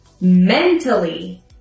mentally